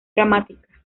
dramática